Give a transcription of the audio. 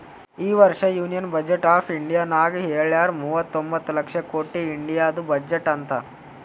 ಈ ವರ್ಷ union budget of ಇಂಡಿಯಾನಾಗ್ ಹೆಳ್ಯಾರ್ ಮೂವತೊಂಬತ್ತ ಲಕ್ಷ ಕೊಟ್ಟಿ ಇಂಡಿಯಾದು ಬಜೆಟ್ ಅಂತ್